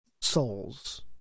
souls